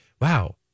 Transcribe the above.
wow